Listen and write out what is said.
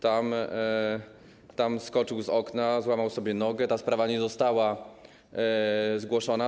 Tam skoczył z okna, złamał sobie nogę - ta sprawa nie została zgłoszona.